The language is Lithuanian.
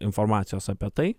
informacijos apie tai